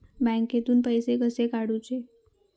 बँकेतून पैसे कसे काढूचे?